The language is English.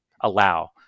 allow